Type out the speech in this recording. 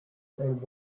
and